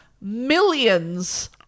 millions